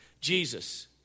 Jesus